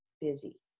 busy